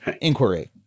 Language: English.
inquiry